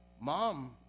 Mom